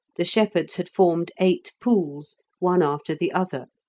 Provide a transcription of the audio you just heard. the shepherds had formed eight pools, one after the other,